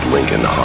Lincoln